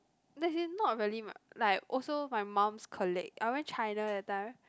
as in not really my like also my mum's colleague I went China that time